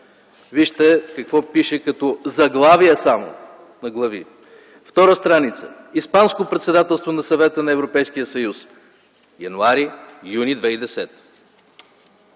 Вижте какво пише само като заглавия на главите. Страница 2 „Испанско председателство на Съвета на Европейския съюз (януари-юни 2010